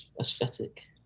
aesthetic